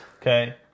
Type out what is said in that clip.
okay